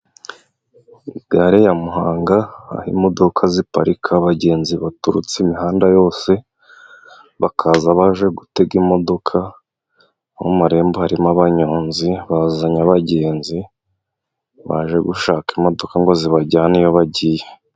Gare ya muhanga aho imodoka ziparika abagenzi baturutse imihanda yose bakaza baje gutega imodoka, aho marembo harimo abanyonzi bazanye abagenzi baje gushaka imodoka ngo zibajyane iyo bagiye.